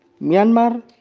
Myanmar